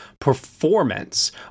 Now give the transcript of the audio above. performance